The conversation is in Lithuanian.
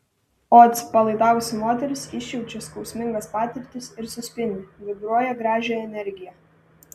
o atsipalaidavusi moteris išjaučia skausmingas patirtis ir suspindi vibruoja gražią energiją